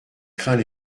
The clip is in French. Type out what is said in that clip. craint